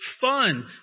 fun